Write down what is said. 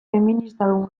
feministadun